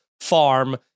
farm